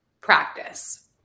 practice